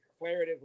declaratively